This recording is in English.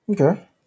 Okay